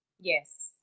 Yes